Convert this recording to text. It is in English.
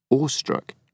awestruck